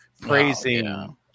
praising